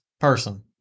person